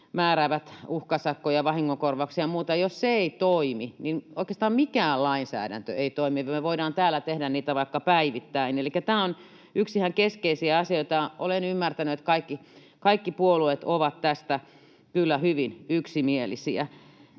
määrää uhkasakkoja, vahingonkorvauksia ja muuta. Jos se ei toimi, niin oikeastaan mikään lainsäädäntö ei toimi. Me voidaan täällä tehdä niitä vaikka päivittäin. Elikkä tämä on yksi ihan keskeisiä asioita. Olen ymmärtänyt, että kaikki puolueet ovat tästä kyllä hyvin yksimielisiä.